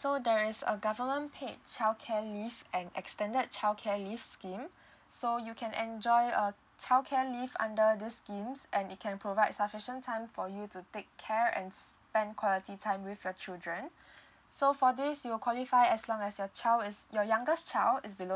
so there's a government paid childcare leave and extended childcare leave scheme so you can enjoy a childcare leave under these schemes and it can provide sufficient time for you to take care and spend quality time with your children so for this you will qualify as long as your child is your youngest child is below